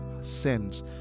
sends